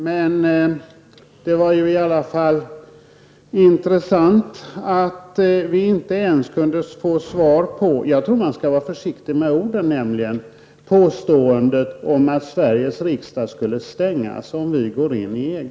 Herr talman! Jag konstaterar att det inte var mycket till svar som jag fick. Jag tror att man skall vara försiktig med orden, men det var i alla fall intressant att vi inte ens kunde få en kommentar till påståendet att Sveriges riksdag skulle stängas om vi går in i EG.